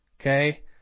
Okay